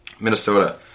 Minnesota